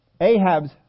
Ahab's